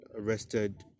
arrested